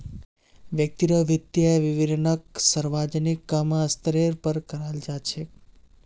व्यक्तिर वित्तीय विवरणक सार्वजनिक क म स्तरेर पर कराल जा छेक